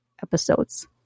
episodes